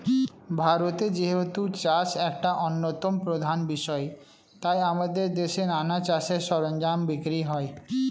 ভারতে যেহেতু চাষ একটা অন্যতম প্রধান বিষয় তাই আমাদের দেশে নানা চাষের সরঞ্জাম বিক্রি হয়